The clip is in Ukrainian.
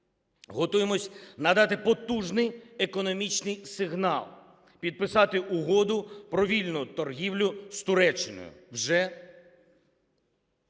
готуємося надати потужний економічний сигнал, підписати Угоду про вільну торгівлю з Туреччиною вже